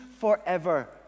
forever